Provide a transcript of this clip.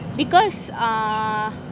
because uh